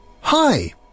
Hi